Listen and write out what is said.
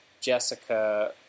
Jessica